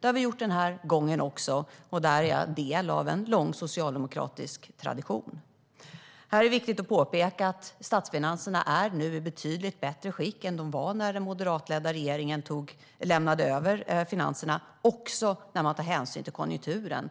Det har vi gjort den här gången också, och där är jag en del av en lång socialdemokratisk tradition. Här är det viktigt att påpeka att statsfinanserna nu är i betydligt bättre skick än de var när den moderatledda regeringen lämnade över finanserna, också när man tar hänsyn till konjunkturen.